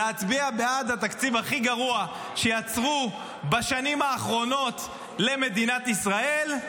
להצביע בעד התקציב הכי גרוע שיצרו בשנים האחרונות למדינת ישראל.